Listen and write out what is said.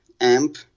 amp